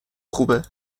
خوبه